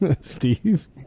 Steve